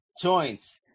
joints